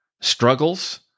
struggles